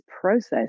process